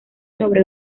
sobre